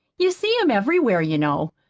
you see em everywhere, you know.